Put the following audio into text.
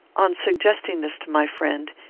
on suggesting this to my friend,